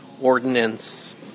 ordinance